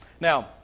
Now